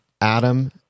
Adam